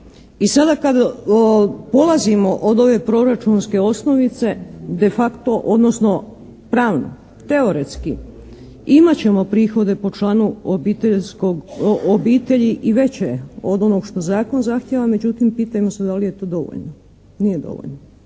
i sada kad polazimo od ove proračunske osnovice, de facto, odnosno pravno, teoretski imat ćemo prihode po članu obitelji i veće od onog što zakon zahtjeva, međutim pitajmo se da li je to dovoljno. Nije dovoljno.